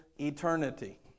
eternity